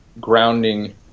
grounding